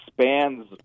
spans